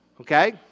okay